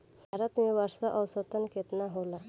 भारत में वर्षा औसतन केतना होला?